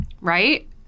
right